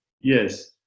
Yes